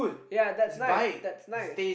ya that's nice that's nice